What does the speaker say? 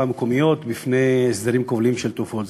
המקומיות מפני הסדרים כובלים של חברות תעופה זרות.